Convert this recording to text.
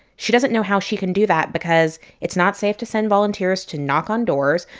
she doesn't know how she can do that because it's not safe to send volunteers to knock on doors.